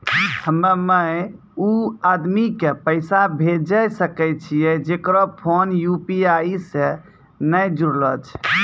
हम्मय उ आदमी के पैसा भेजै सकय छियै जेकरो फोन यु.पी.आई से नैय जूरलो छै?